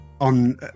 on